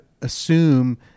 assume